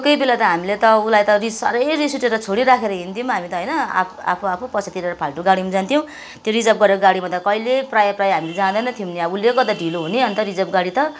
कोही कोही बेला त हामीले त उसलाई त रिस साह्रै रिस उठेर छोडिराखेर हिड्थ्यौँ हामी त होइन आफू आफू पैसा तिरेर फाल्टो गाडीमा जान्थ्यौँ त्यो रिजर्भ गरेको गाडीमा त कहिले प्रायः प्रायः हामी जाँदैनथ्यौँ नि अब उसले गर्दा ढिलो हुने अन्त रिजर्भ गाडी त